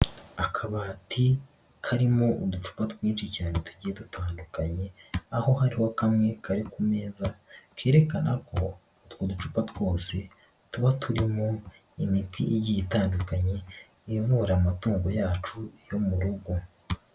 Akabati karimo uducupa twinshi cyane tugiye dutandukanye, aho hariho kamwe kari ku meza, kerekana ko utwo ducupa twose tuba turimo imiti igiye itandukanye ivura amatungo yacu yo mu rugo.